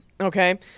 Okay